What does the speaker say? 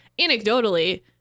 anecdotally